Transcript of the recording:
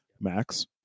Max